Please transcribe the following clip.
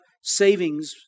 savings